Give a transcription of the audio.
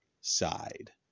side